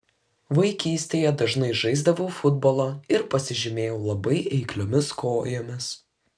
vaikystėje dažnai žaisdavau futbolą ir pasižymėjau labai eikliomis kojomis